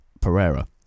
Pereira